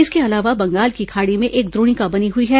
इसके अलावा बंगाल की खाड़ी में एक द्रोणिका बनी हुई है